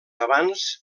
abans